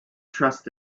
trust